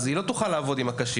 אז היא לא תוכל לעוד עם הקשיש,